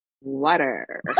Water